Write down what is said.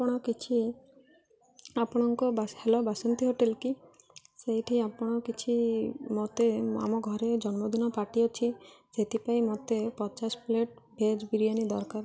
ଆପଣ କିଛି ଆପଣଙ୍କ ହ୍ୟାଲୋ ବାସନ୍ତି ହୋଟେଲ୍ କି ସେଇଠି ଆପଣ କିଛି ମତେ ଆମ ଘରେ ଜନ୍ମଦିନ ପାର୍ଟି ଅଛି ସେଥିପାଇଁ ମତେ ପଚାଶ ପ୍ଲେଟ୍ ଭେଜ୍ ବିରିୟାନୀ ଦରକାର